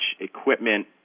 equipment